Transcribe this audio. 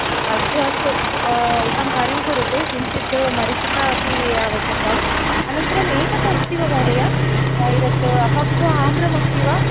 अस्तु अस्तु एकं कार्यं करोतु किञ्चित् मरीचिका अपि आवश्यकम् अनन्तरम् एतद् अस्ति वा महोदय एतत् अपक्व आम्रम् अस्ति वा